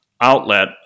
outlet